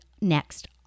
next